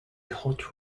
hot